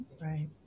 Right